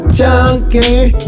junkie